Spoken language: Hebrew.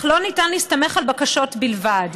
אך לא ניתן להסתמך על בקשות בלבד.